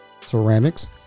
ceramics